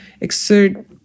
exert